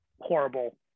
horrible